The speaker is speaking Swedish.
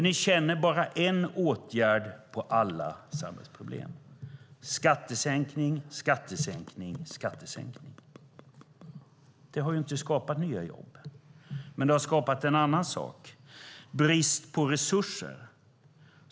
Ni känner bara en åtgärd på alla samhällsproblem - skattesänkning, skattesänkning, skattesänkning. Det har inte skapat nya jobb, men det har skapat en annan sak, nämligen brist på resurser.